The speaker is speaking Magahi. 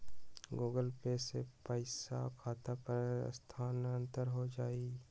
गूगल पे से पईसा खाता पर स्थानानंतर हो जतई?